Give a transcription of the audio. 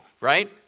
right